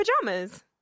pajamas